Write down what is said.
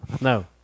no